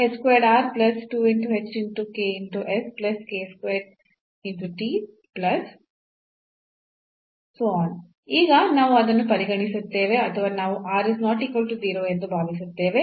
ಆದ್ದರಿಂದ ಈಗ ನಾವು ಅದನ್ನು ಪರಿಗಣಿಸುತ್ತೇವೆ ಅಥವಾ ನಾವು ಎಂದು ಭಾವಿಸುತ್ತೇವೆ